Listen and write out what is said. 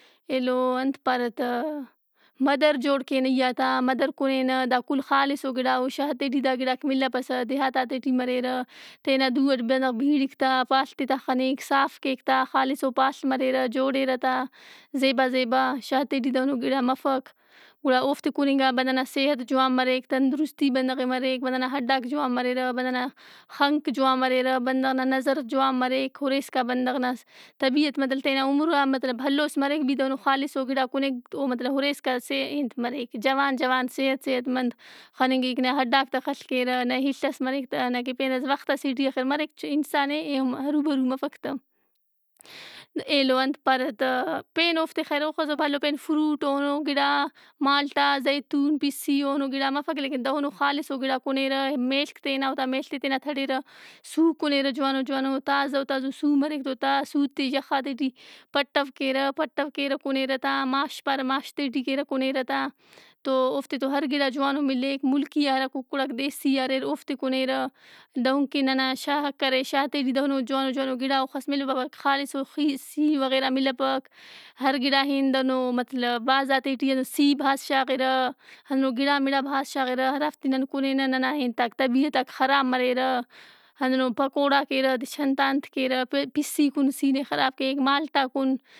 ایلو انت پارہ تہ مدر جوڑ کینہ ای آ تا مدر کُنینہ دا کل خالصو گِڑا او. شارتے ٹی دا گِڑاک ملَّپسہ۔ دیہاتاتے ٹی مریرہ۔ تینا دُو اٹ بندغ بیڑِک تا۔ پاڷت ئے تا خنِک۔ صاف کیک تا۔ خالصو پاڷ مریرہ جوڑِرہ تا زیبا زیبا۔ شارت ئے ٹی دہنو گِڑا مفک۔ گُڑا اوفتے کُننگ آ بندغ نا صحت جوان مریک۔ تندرستی بندغ ئے مریک۔ بندغ نا ہڈّاک جوان مریرہ۔ بندغ نا خنک جوان مریرہ۔ بندغ نا نظر جوان مریک۔ اُرے اِسکا بندغ نا طبیعت مطلب تینا عمر آن مطلب بھلوس مریک بھی دہنو خالصو گِڑا کُنیک تو مطلب اُرے اسکان صح۔۔ انت مریک جوان جوان صحت صحت مند خننگک۔ نہ ہڈّاک تہ خل کیرہ نہ اِڷ ئس مریک تہ۔ وخت ئسے ٹی آخر مریک چہ انسان اے ایہن ارُو برُو مفک تہ۔ ایلو انت پارہ تہ، پین اوفتے خیر اوخسو بھلو پین فروٹ اوہنوگِڑا مالٹا، زیتون، پسّی اوہنو گِڑا مفک لیکن دہنو خالصو گِڑا کُنیرہ۔ میڷک تینا اوتا میڷت ئے تینا تڑِرہ۔ سُو کُنیرہ جوانو جوانو تازہ ؤ تازہ ؤ سُو مریک تو دا سُو تے یخاتے ٹی پَٹّو کیرہ۔ پَٹّو کیرہ کُنیرہ تا، ماش پارہ ماشتے ٹی کیرہ کُنیرہ تا۔ تو اوفتے تو ہر گِڑا جوانو ملِّک۔ مُلکیئا ہرا کُکُڑاک دیسیئا اریراوفتے کُنیرہ۔ دہنکہ ننا شارک اریر۔ شارتے ٹی دہنو جوانو جوانو گِڑااوخس ملپک خالصو خی -- سی وغیرہ ملپک۔ ہر گِڑا ئے ہندن او مطلب بھازاتے ٹی ہندن سی بھازشاغِرہ۔ ہنن گِڑامِڑا بھاز شاغِرہ۔ ہرافتے نن کُنینہ ننا ئے انتاک طبیعتاک خراب مریرہ۔ ہنُّنو پکوڑا کیرہ دچہ انت آ انت کیرہ۔ پئے پِسّی کُن سینہ ئے خراب کیک۔ مالٹا کُن۔